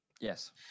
yes